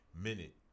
minute